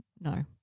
no